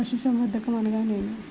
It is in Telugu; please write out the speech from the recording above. పశుసంవర్ధకం అనగా ఏమి?